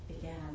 began